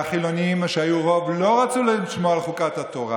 והחילונים, שהיו רוב, לא רצו לשמור על חוקת התורה.